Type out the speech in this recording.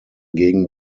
gegen